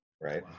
right